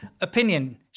Opinion